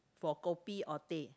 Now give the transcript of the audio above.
for kopi or teh